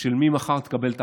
של מי שיקבל מחר את ההחלטות.